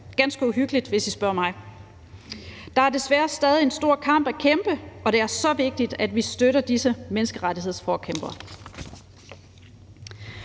ganske uhyggeligt, hvis I spørger mig. Der er desværre stadig en stor kamp at kæmpe, og det er så vigtigt, at vi støtter disse menneskerettighedsforkæmpere.